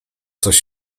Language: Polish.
coś